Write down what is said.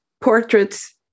portraits